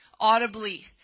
audibly